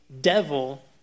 devil